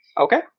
Okay